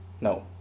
no